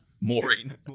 Maureen